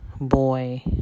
boy